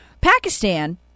Pakistan